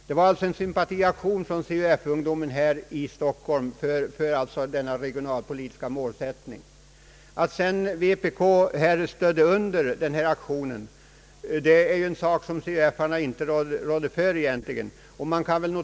Det var alltså en sympatiaktion från CUF-ungdomen här i Stockholm för denna regionalpolitiska målsättning. Att sedan vpk understödde denna aktion är en sak som CUF:arna inte rådde för egentligen.